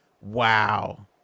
Wow